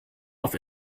auf